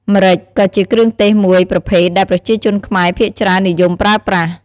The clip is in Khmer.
ម្រេចក៏ជាគ្រឿងទេសមួយប្រភេទដែលប្រជាជនខ្មែរភាគច្រើននិយមប្រើប្រាស់។